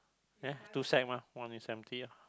there two sack mah one is empty ah